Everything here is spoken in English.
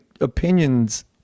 opinions